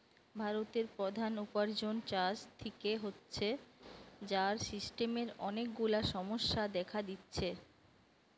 ভারতের প্রধান উপার্জন চাষ থিকে হচ্ছে, যার সিস্টেমের অনেক গুলা সমস্যা দেখা দিচ্ছে